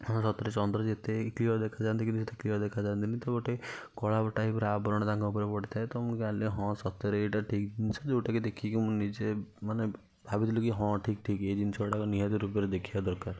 ହଁ ସତରେ ଚନ୍ଦ୍ର ଯେତେ କ୍ଳିଅର ଦେଖା ଯାଆନ୍ତି କିନ୍ତୁ ସେତେ କ୍ଳିଅର ଦେଖା ଯାଆନ୍ତିନି ତ ଗୋଟେ କଳା ଟାଇପର ଆବରଣ ତାଙ୍କ ଉପରେ ପଡ଼ିଥାଏ ତ ମୁଁ ଜାଣିଲି ହଁ ସତରେ ଏଇଟା ଠିକ୍ ଜିନିଷ ଯୋଉଟା କି ଦେଖିକି ମୁଁ ନିଜେ ମାନେ ଭାବିଥିଲି କି ହଁ ଠିକ୍ ଠିକ୍ ଏଇ ଜିନିଷ ଗୁଡ଼ାକ ନିହାତି ରୂପରେ ଦେଖିବା ଦରକାର